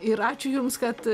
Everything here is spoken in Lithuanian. ir ačiū jums kad